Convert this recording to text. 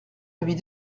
avis